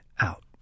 out